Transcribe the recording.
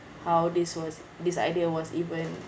how this was this idea was even